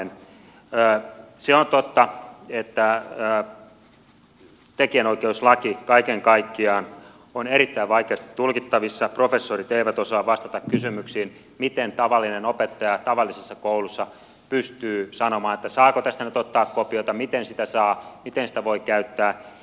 se on totta että tekijänoikeuslaki kaiken kaikkiaan on erittäin vaikeasti tulkittavissa professorit eivät osaa vastata kysymykseen miten tavallinen opettaja tavallisessa koulussa pystyy sanomaan saako tästä nyt ottaa kopioita miten saa miten sitä voi käyttää